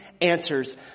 Answers